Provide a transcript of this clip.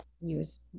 use